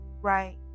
right